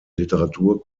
literatur